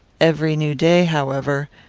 every new day, however,